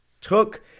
took